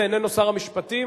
של חברת הכנסת סולודקין,